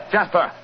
Jasper